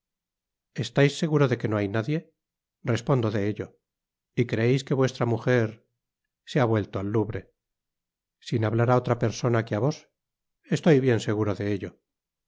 hacia estaisseguro de que no hay nadie respondo de ello y creeis que vuestra mujer se ha vuelto al louvre sin hablar á otra persona que á yos estoy bien seguro de ello